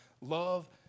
Love